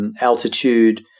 Altitude